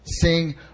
Sing